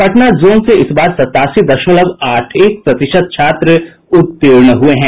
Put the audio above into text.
Patna zone से इस बार सत्तासी दशमलव आठ एक प्रतिशत छात्र उतीर्ण हुए हैं